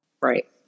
Right